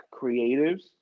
creatives